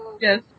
Yes